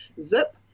zip